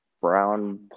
brown